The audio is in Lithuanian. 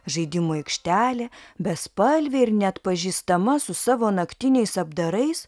žaidimų aikštelė bespalvė ir neatpažįstama su savo naktiniais apdarais